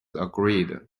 agreed